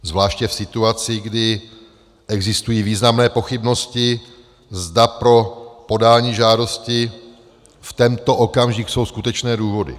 Zvláště v situaci, kdy existují významné pochybnosti, zda pro podání žádosti v tento okamžik jsou skutečné důvody?